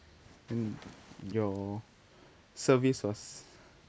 mm your service was